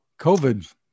COVID